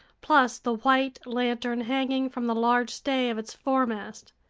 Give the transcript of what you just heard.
plus the white lantern hanging from the large stay of its foremast.